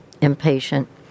impatient